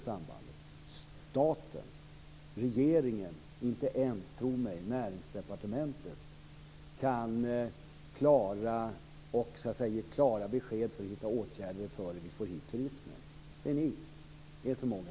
Varken staten, regeringen eller Näringsdepartementet kan ge klara besked om åtgärder för att få hit turister. Det är ni som skall göra det med er förmåga.